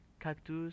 Cactus